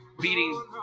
beating